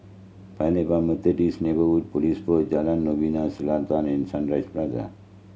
Paya Lebar Neighbourhood Police Post Jalan Novena Selatan and Sunshine Place